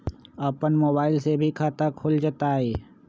अपन मोबाइल से भी खाता खोल जताईं?